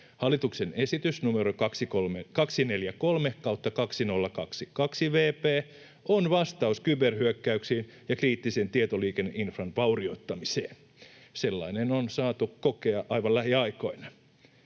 Hallituksen esitys numero 243/2022 vp on vastaus kyberhyökkäyksiin ja kriittisen tietoliikenneinfran vaurioittamiseen. Sellainen on saatu kokea aivan lähiaikoina.